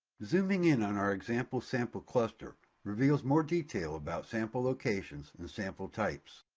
zooming in on our example sample cluster reveals more detail about sample locations and sample types.